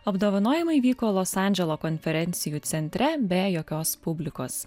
apdovanojimai vyko los andželo konferencijų centre be jokios publikos